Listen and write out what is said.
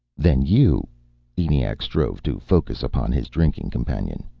then you eniac strove to focus upon his drinking-companion.